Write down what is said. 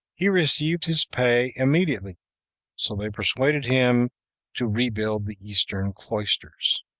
he received his pay immediately so they persuaded him to rebuild the eastern cloisters.